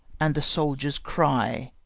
and the soldiers' cry,